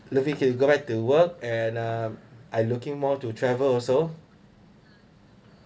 looking can go back to work and uh I looking more to travel also